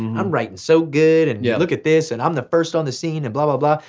and i'm writing so good and yeah look at this, and i'm the first on the scene, and blah blah blah.